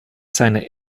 seine